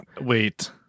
wait